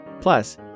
Plus